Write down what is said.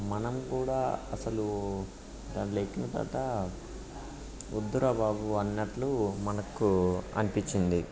మనం కూడా అసలు దాంట్లో ఎక్కిన తరువాత వద్దు రా బాబు అన్నట్లు మనకు అనిపించింది